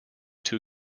two